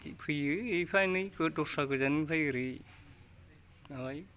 फैयो एफा एनै दस्रा गोजाननिफ्राय ओरै माबायो